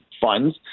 funds